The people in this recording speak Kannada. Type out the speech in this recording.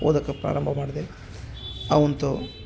ಓದೋಕ ಪ್ರಾರಂಬಭ ಮಾಡಿದೆ ಅವುಂತು